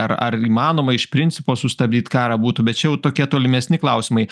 ar ar įmanoma iš principo sustabdyt karą būtų bet čia jau tokie tolimesni klausimai